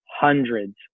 hundreds